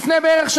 לפני שנה בערך,